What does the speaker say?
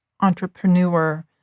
entrepreneur